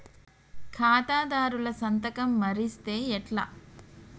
ఖాతాదారుల సంతకం మరిస్తే ఎట్లా?